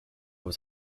was